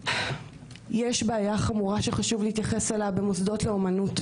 יש בעיה חמורה שחשוב להתייחס אליה במוסדות לאמנות,